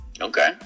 okay